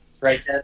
Right